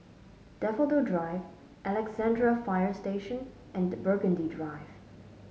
Daffodil Drive Alexandra Fire Station and Burgundy Drive